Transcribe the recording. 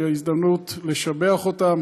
זו הזדמנות לשבח אותם,